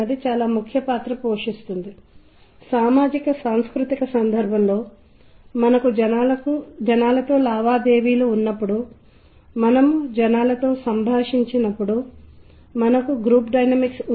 మనం సాంకేతికతలలోకి వెళ్లము కానీ అంతర వాయిద్యం ఒకేలా ఉన్నప్పటికీ విభిన్న పరికరాలకు భిన్నమైన ఇతర అనుబంధ పౌనఃపున్యాలు ఉన్నాయి మరియు ఇది విలక్షణమైన కంపనం సమ్మేళనానికి దారి తీస్తుంది ఇది నిర్దిష్ట స్వర పరికరం యొక్క నిర్దిష్ట నాణ్యతగా మనం గ్రహిస్తాము